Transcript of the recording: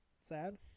sad